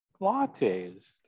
lattes